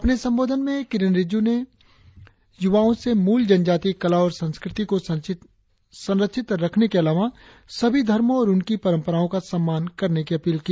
अपने संबोधन में किरेन रिजिजू ने युवाओं से मूल जनजातिय कला और संस्कृति को संरक्षित रखने के अलावा सभी धर्मों और उनकी पंरपराओं का सम्मान करने की अपील की